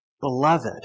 Beloved